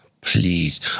Please